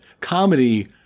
comedy